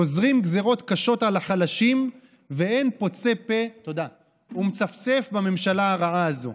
גוזרים גזרות קשות על החלשים ואין פוצה פה ומצפצף בממשלה הרעה הזאת.